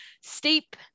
Steep